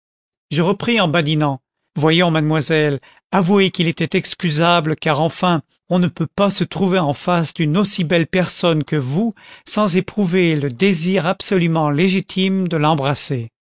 je repris en badinant voyons mademoiselle avouez qu'il était excusable car enfin on ne peut pas se trouver en face d'une aussi belle personne que vous sans éprouver le désir absolument légitime de l'embrasser